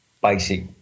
basic